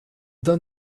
done